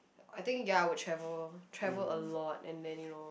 I think ya I would travel loh travel a lot and then you know